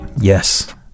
Yes